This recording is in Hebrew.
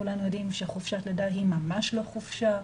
שכולנו יודעים שחופשת לידה היא ממש לא חופשה.